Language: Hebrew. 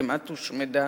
כמעט הושמדה,